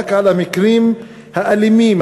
רק של המקרים האלימים,